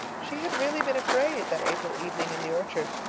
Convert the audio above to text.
she had really been afraid, that april evening in the orchard,